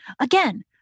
Again